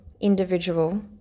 individual